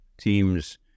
teams –